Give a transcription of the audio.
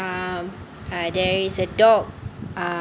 um there is a dog uh